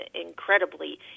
incredibly